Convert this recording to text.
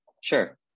Sure